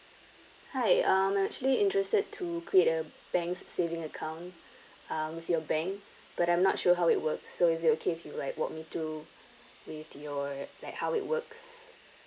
hi um I'm actually interested to create a bank saving account uh with your bank but I'm not sure how it works so is it okay if you like walk me through with your like how it works